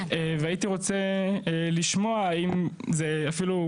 הייתי רוצה לשמוע האם זה אפילו,